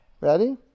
Ready